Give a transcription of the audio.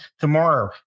tomorrow